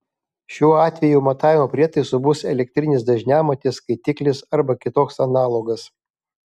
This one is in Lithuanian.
šiuo atveju matavimo prietaisu bus elektrinis dažniamatis skaitiklis arba kitoks analogas